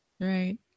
Right